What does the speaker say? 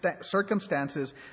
circumstances